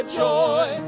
joy